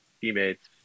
teammates